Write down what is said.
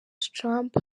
trump